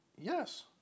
Yes